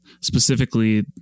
Specifically